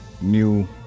new